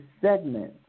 segment